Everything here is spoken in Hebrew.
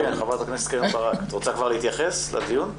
ח"כ ברק את רוצה להתייחס לדיון?